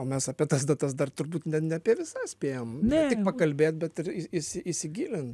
o mes apie tas datas dar turbūt ne ne apie visą spėjom ne tik pakalbėt bet ir i įsi įsigilint